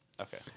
Okay